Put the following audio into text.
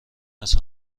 است